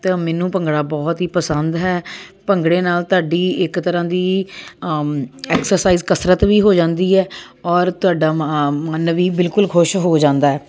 ਤਾਂ ਮੈਨੂੰ ਭੰਗੜਾ ਬਹੁਤ ਹੀ ਪਸੰਦ ਹੈ ਭੰਗੜੇ ਨਾਲ ਤੁਹਾਡੀ ਇੱਕ ਤਰ੍ਹਾਂ ਦੀ ਐਕਸਰਸਾਈਜ਼ ਕਸਰਤ ਵੀ ਹੋ ਜਾਂਦੀ ਹੈ ਔਰ ਤੁਹਾਡਾ ਮ ਮੰਨ ਵੀ ਬਿਲਕੁਲ ਖੁਸ਼ ਹੋ ਜਾਂਦਾ ਹੈ